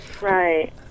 Right